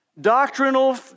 doctrinal